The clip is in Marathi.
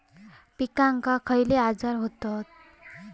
पिकांक खयले आजार व्हतत?